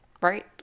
Right